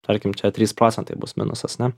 tarkim čia trys procentai bus minusas ane